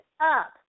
up